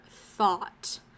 thought